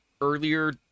earlier